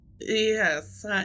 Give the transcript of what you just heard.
Yes